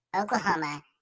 Oklahoma